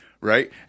Right